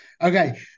Okay